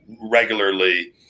regularly